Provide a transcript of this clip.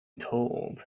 told